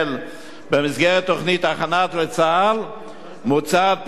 במסגרת תוכנית ההכנה לצה"ל מוצעת פעילות לעבודת